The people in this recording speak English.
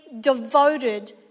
devoted